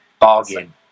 bargain